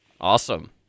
Awesome